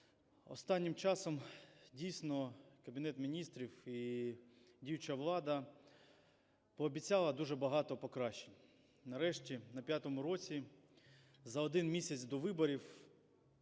Останнім часом, дійсно, Кабінет Міністрів і діюча влада пообіцяла дуже багато покращень. Нарешті, на 5 році, за один місяць до виборів